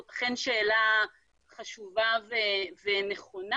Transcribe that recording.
זו אכן שאלה חשובה ונכונה